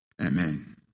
Amen